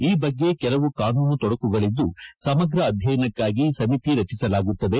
ಈ ಬಗ್ಗೆ ಕೆಲವು ಕಾನೂನು ತೊಡಕುಗಳಿದ್ದು ಸಮಗ್ರ ಅಧ್ಯಯನಕ್ಕಾಗಿ ಸಮಿತಿ ರಚಿಸಲಾಗುತ್ತದೆ